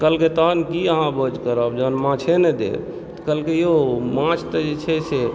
कहलकै तखन की अहाँ भोज करब जखन माछे नहि देब कहलकै यौ माछ तऽ जे छै से